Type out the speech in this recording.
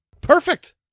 Perfect